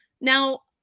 Now